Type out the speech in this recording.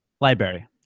Library